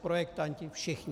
Projektanti, všichni.